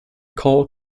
carl